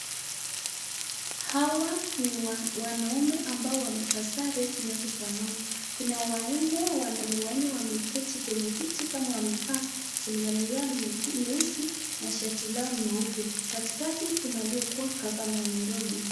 Hawa ni wanaume ambao wamevaa sare zinazofanana. Kuna wanaume wanne wameketi kwenye kiti kama wamevaa suruali yao nyeusi na shati lao nyeupe, katikati kuna aliyekuwa gavana wa Nairobi.